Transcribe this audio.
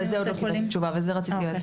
את זה עוד לא קיבלתי תשובה, אבל זה רציתי לעדכן.